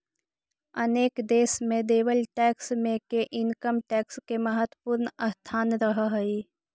अनेक देश में देवल टैक्स मे के इनकम टैक्स के महत्वपूर्ण स्थान रहऽ हई